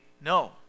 no